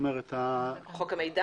חוק המידע?